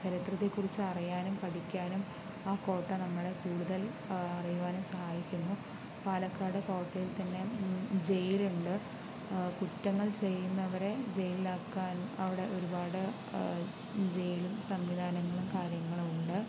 ചരിത്രത്തെക്കുറിച്ച് അറിയുവാനും പഠിക്കുവാനും ആ കോട്ട നമ്മളെ കൂടുതൽ അറിയുവാനും സഹായിക്കുന്നു പാലക്കാട് കോട്ടയിൽ തന്നെ ജയിലുണ്ട് കുറ്റങ്ങൾ ചെയ്യുന്നവരെ ജയിലിൽ ആക്കുവാൻ അവിടെ ഒരുപാട് ജയിലും സംവിധാനങ്ങളും കാര്യങ്ങളുമുണ്ട്